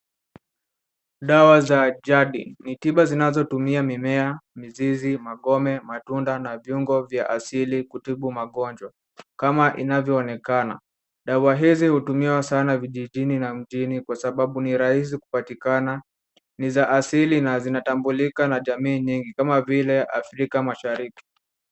Dawa za ajadi ni tiba zinazotumia mimea, mizizi, magome, matunda na viungo vya asili kutibu magonjwa kama inavyoonekana. Dawa hizi hutumiwa sana vijijini na mjini kwa sababu ni rahisi kupatikana, ni za hasili na zinatambulika na jamii nyingi kama vile Afrika Mashariki.